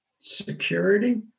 security